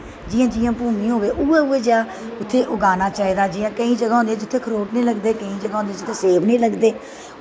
जियां जियां भूमी होए उआं उआं उत्थें उगानां चाही दा जियां केंई जगां होंदियां जित्थें फ्रूट नी लगदे केंई जगां होंदियां जित्थें सेब नी लगदे